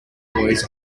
boys